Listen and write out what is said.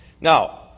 Now